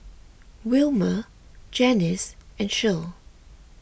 Wilma Janis and Shirl